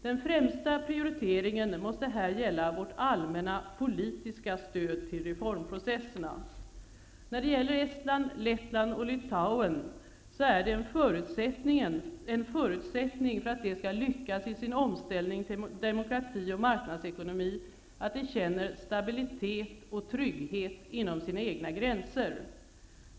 Den främsta prioriteringen måste här gälla vårt allmänna politiska stöd till reformprocesserna. En förutsättning för att människorna i Estland, Lettland och Litauen skall lyckas i sin omställning till demokrati och marknadsekonomi är att de känner stabilitet och trygghet inom sina egna gränser.